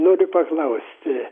noriu paklausti